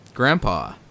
Grandpa